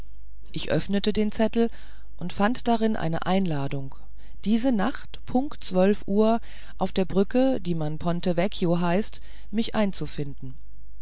ich öffnete den zettel und fand darin eine einladung diese nacht punkt zwölf uhr auf der brücke die man ponte vecchio heißt mich einzufinden